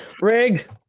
Rig